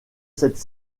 cette